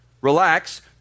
relax